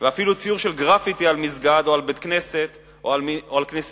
ואפילו ציור של גרפיטי על מסגד או על בית-כנסת או על כנסייה,